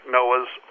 Noah's